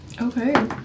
Okay